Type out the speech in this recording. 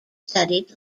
studied